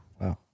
Wow